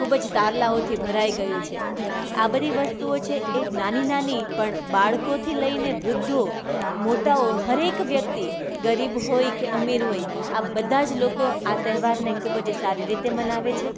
ખૂબ જ તારલાઓથી ભરાઈ ગયું છે એટલે આ બધી વસ્તુઓ છે એ નાની નાની પણ બાળકોને લઈને વૃદ્ધો મોટાઓ હરેક વ્યક્તિ ગરીબ હોય કે અમીર હોય આ બધા જ લોકો આ તહેવારને ખૂબ જ સારી રીતે મનાવે છે